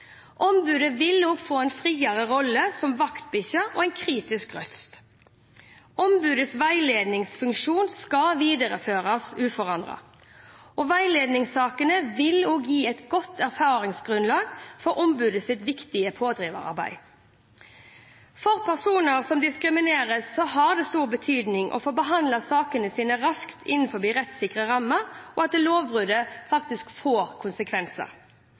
Ombudet vil også få en friere rolle som vaktbikkje og en kritisk røst. Ombudets veiledningsfunksjon skal videreføres uforandret, og veiledningssakene vil også gi et godt erfaringsgrunnlag for ombudets viktige pådriverarbeid. For personer som diskrimineres, har det stor betydning å få behandlet saken sin raskt innenfor rettssikre rammer, og at lovbruddet faktisk får konsekvenser.